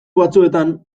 batzuetan